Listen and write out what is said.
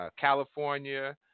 California